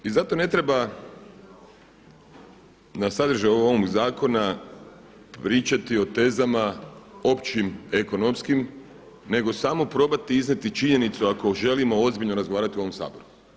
I zato ne treba na sadržaj ovog zakona pričati o tezama općim ekonomskim, nego samo probati iznijeti činjenicu ako želimo ozbiljno razgovarati u ovom Saboru.